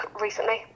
recently